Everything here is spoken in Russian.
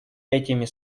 этими